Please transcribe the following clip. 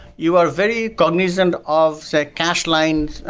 you are very cognizant of say cache line,